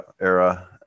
era